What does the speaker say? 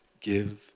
give